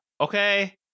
okay